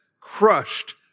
crushed